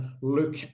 look